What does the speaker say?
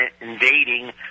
invading